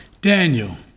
Daniel